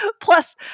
Plus